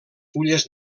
fulles